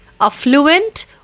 affluent